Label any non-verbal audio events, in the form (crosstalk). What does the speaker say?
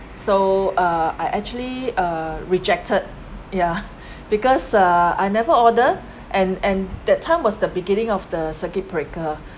so uh I actually err rejected ya (laughs) because err I never order and and that time was the beginning of the circuit breaker